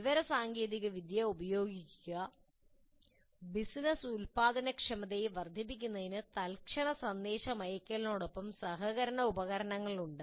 വിവര സാങ്കേതിക വിദ്യ ഉപയോഗിക്കുക ബിസിനസ്സ് ഉൽപാദനക്ഷമത വർദ്ധിപ്പിക്കുന്നതിന് തൽക്ഷണ സന്ദേശമയയ്ക്കലിനൊപ്പം സഹകരണ ഉപകരണങ്ങളുണ്ട്